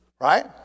Right